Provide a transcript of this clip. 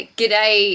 g'day